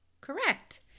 correct